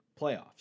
playoffs